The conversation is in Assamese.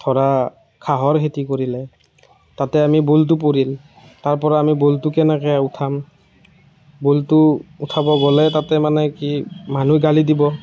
ধৰা ঘাঁহৰ খেতি কৰিলে তাতে আমাৰ বলটো পৰিল তাৰপৰা আমি বলটো কেনেকে উঠাম বলটো উঠাব গ'লে তাতে মানে কি মানুহে গালি দিব